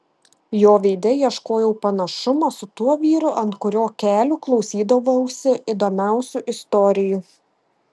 jo veide ieškojau panašumo su tuo vyru ant kurio kelių klausydavausi įdomiausių istorijų